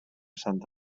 santa